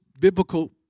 biblical